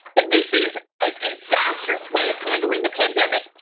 and this is a disastrous way of handling the pandemic,